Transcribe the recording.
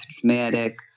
traumatic